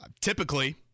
Typically